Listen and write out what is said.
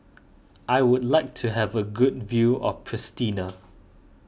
I would like to have a good view of Pristina